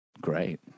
great